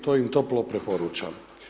To im toplo preporučam.